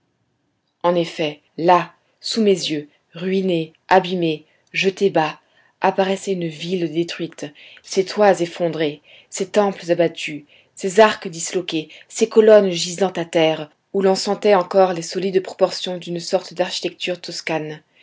en effet là sous mes yeux ruinée abîmée jetée bas apparaissait une ville détruite ses toits effondrés ses temples abattus ses arcs disloqués ses colonnes gisant à terre où l'on sentait encore les solides proportions d'une sorte d'architecture toscane